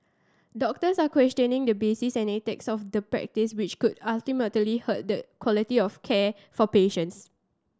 doctors are questioning the basis and ethics of the practice which could ultimately hurt the quality of care for patients